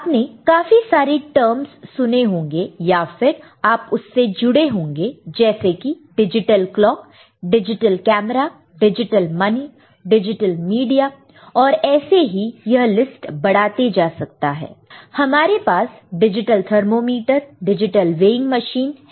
आपने काफी सारे टर्मस सुने होंगे या फिर आप उससे जुड़े होंगे जैसे कि digital clock digital camera digital money digital media और ऐसे ही यह लिस्ट बढ़ाते जा सकते हैं हमारे पास digital thermometer digital weighing machine है